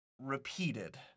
repeated